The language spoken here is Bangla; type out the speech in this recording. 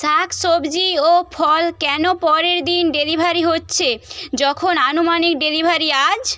শাক সবজি ও ফল কেন পরের দিন ডেলিভারি হচ্ছে যখন আনুমানিক ডেলিভারি আজ